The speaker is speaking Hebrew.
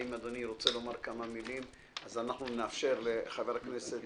אם אדוני רוצה לומר כמה מילים אז אאפשר לחבר הכנסת